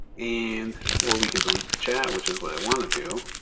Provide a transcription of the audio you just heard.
and or we can delete the chat which is what i want to do.